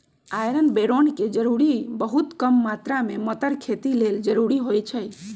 iron बैरौन के जरूरी बहुत कम मात्र में मतर खेती लेल जरूरी होइ छइ